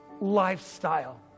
lifestyle